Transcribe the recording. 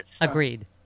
Agreed